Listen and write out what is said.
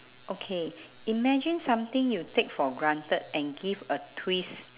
okay imagine something you take for granted and give a twist